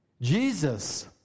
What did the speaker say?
Jesus